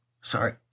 Sorry